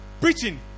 preaching